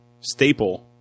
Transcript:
staple